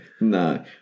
No